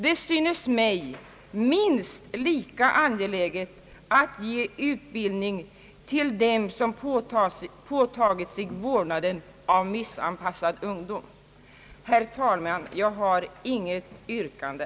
Det synes mig minst lika angeläget att ge utbildning till dem som påtar sig vårdnaden av missanpassad ungdom. Herr talman! Jag har inget yrkande.